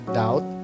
doubt